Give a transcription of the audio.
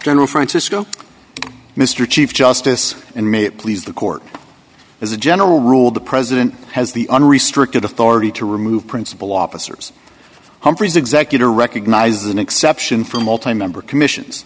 general francisco mr chief justice and may it please the court as a general rule the president has the unrestricted authority to remove principal officers humphrey's executor recognize an exception for multi member commissions